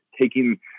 taking